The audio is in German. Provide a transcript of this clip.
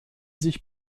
sich